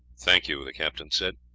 thank you, the captain said.